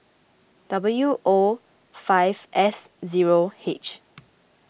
W O five S zero H